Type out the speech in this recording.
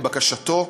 לבקשתו,